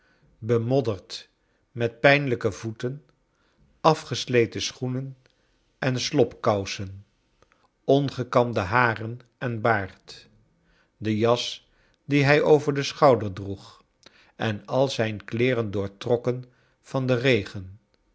bemodderd met pijnlijke voeten afgesleten schoenen en slobkousen ongekamde haren en baard de jas die hij over den schouder droeg en al zijn kleeren doortrokken van den regen